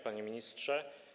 Panie Ministrze!